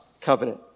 covenant